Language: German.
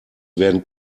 werden